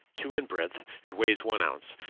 two in breadth, and weighs one ounce.